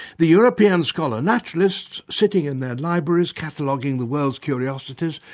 the european scholar naturalists, sitting in their libraries cataloguing the world's curiosities,